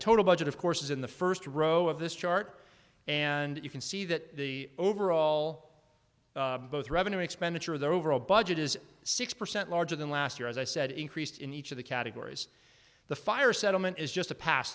total budget of course is in the first row of this chart and you can see that the overall both revenue expenditure of the overall budget is six percent larger than last year as i said increased in each of the categories the fire settlement is just a pass